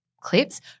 clips